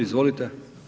Izvolite.